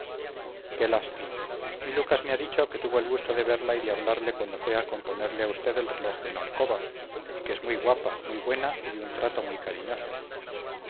qué lástima mi lucas me ha dicho que tuvo el gusto de verla y de hablarle cuando fue a componerle a usted el reloj de la alcoba y que es muy guapa muy buena y de un trato muy cariñoso